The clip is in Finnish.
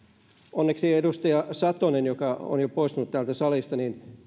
onneksi edustaja satonen joka on jo poistunut täältä salista